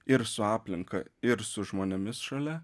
ir su aplinka ir su žmonėmis šalia